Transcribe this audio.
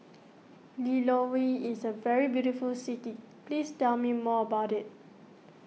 Lilongwe is a very beautiful city please tell me more about it